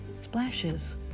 splashes